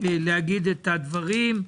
להגיד את הדברים.